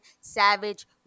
Savage